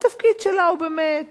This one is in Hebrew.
התפקיד שלה הוא באמת,